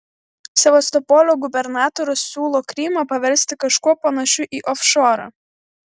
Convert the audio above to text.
sevastopolio gubernatorius siūlo krymą paversti kažkuo panašiu į ofšorą